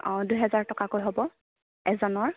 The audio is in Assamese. অঁ দুহেজাৰ টকাকৈ হ'ব এজনৰ